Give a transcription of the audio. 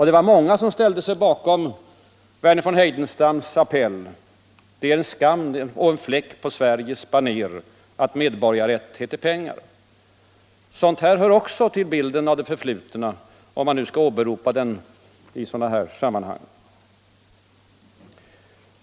Det var många som ställde sig bakom Verner von Heidenstams appell: Det är skam, det är fläck på Sveriges baner, att medborgarrätt heter pengar. — Sådant här hör också till bilden av det förflutna, om man nu skall åberopa den i sådana här sammanhang.